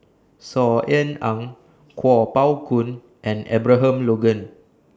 Saw Ean Ang Kuo Pao Kun and Abraham Logan